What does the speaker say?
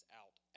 out